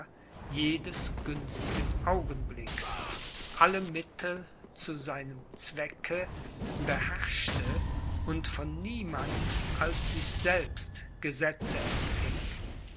jedes günstigen augenblicks alle mittel zu seinem zwecke beherrschte und von niemand als sich selbst gesetze empfing